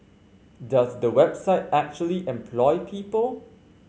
does the website actually employ people